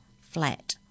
flat